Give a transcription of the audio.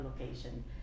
location